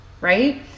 right